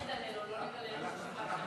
לא נגלה לו, לא נגלה לו ששיבשת את שמו.